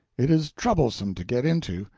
it is troublesome to get into,